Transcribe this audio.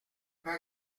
pas